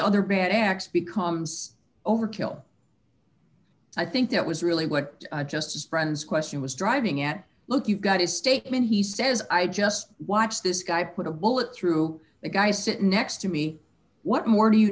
other bad acts becomes overkill i think that was really what justice friends question was driving at look you've got his statement he says i just watched this guy put a bullet through a guy sitting next to me what more do you